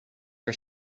for